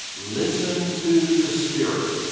listen to the spirit.